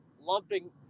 lumping